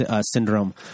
syndrome